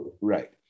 Right